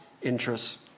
Interests